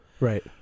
Right